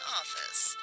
office